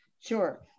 Sure